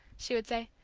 she would say.